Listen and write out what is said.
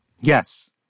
Yes